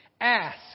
ask